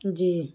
جی